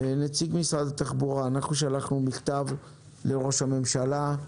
אנחנו שלחנו מכתב לראש הממשלה,